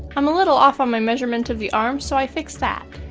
i'm a little off on my measurement of the arm, so i fix that.